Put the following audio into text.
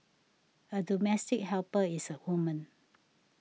a domestic helper is a woman